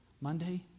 Monday